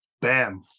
Bam